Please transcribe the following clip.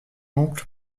oncle